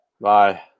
Bye